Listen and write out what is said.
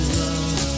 love